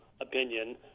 opinion